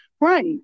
right